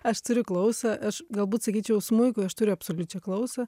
aš turiu klausą aš galbūt sakyčiau smuikui aš turiu absoliučią klausą